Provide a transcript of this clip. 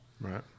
Right